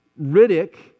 Riddick